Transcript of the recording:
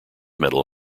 metal